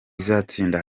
izatsinda